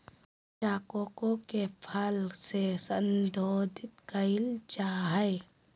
कच्चा कोको के फल के संशोधित कइल जा हइ